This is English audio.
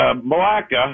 Malacca